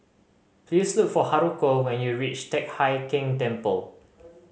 please look for Haruko when you reach Teck Hai Keng Temple